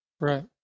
Right